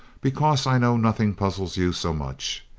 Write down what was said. because i know nothing puzzles you so much.